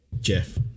Jeff